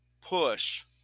push